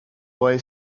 boy